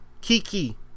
Kiki